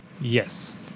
Yes